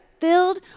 filled